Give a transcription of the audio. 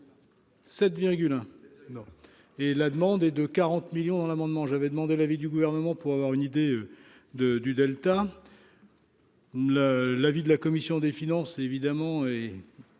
un non, et la demande est de 40 millions dans l'amendement j'avais demandé l'avis du gouvernement, pour avoir une idée de du Delta. Le l'avis de la commission des finances, évidemment, est